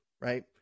right